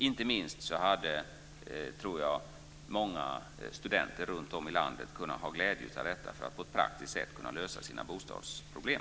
Inte minst hade många studenter runtom i landet haft glädje av detta för att praktiskt kunna lösa sina bostadsproblem.